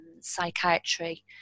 psychiatry